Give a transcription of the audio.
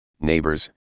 neighbors